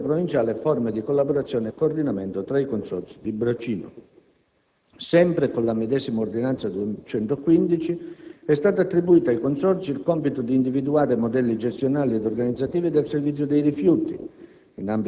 a livello provinciale, forme di collaborazione e coordinamento tra i Consorzi di bacino. Sempre con la medesima ordinanza n. 215, è stato attribuito ai Consorzi il compito di individuare modelli gestionali ed organizzativi del servizio dei rifiuti,